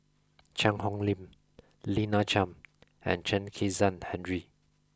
Cheang Hong Lim Lina Chiam and Chen Kezhan Henri